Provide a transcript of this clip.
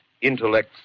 intellects